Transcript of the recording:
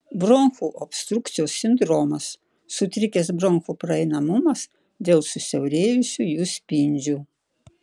bronchų obstrukcijos sindromas sutrikęs bronchų praeinamumas dėl susiaurėjusių jų spindžių